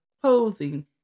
clothing